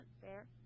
fair